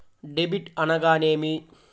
Debit అనగానేమి?